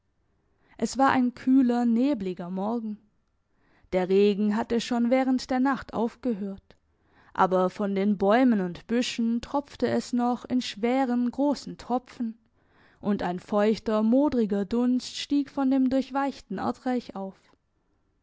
es war ein kühler nebliger morgen der regen hatte schon während der nacht aufgehört aber von den bäumen und büschen tropfte es noch in schweren grossen tropfen und ein feuchter modriger dunst stieg von dem durchweichten erdreich auf